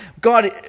God